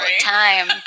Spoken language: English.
time